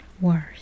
worse